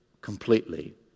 completely